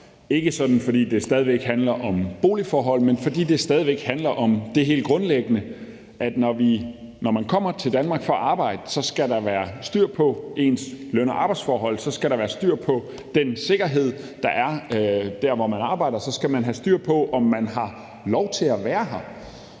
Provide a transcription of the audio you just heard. ikke sådan, fordi det stadig handler om boligforhold, men fordi det stadig væk handler om det helt grundlæggende, at når man kommer til Danmark for at arbejde, skal der være styr på ens løn- og arbejdsforhold, der skal være styr på den sikkerhed, der er der, hvor man arbejder, og man skal have styr på, om man har lov til at være her.